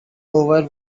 over